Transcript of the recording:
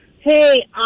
Hey